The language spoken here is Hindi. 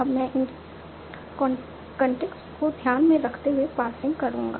अब मैं किन कंस्ट्रेंट्स को ध्यान में रखते हुए पार्सिंग करूंगा